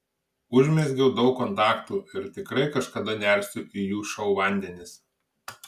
užmezgiau daug kontaktų ir tikrai kažkada nersiu į jų šou vandenis